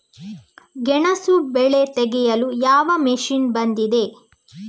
ಗೆಣಸು ಬೆಳೆ ತೆಗೆಯಲು ಯಾವ ಮಷೀನ್ ಬಂದಿದೆ?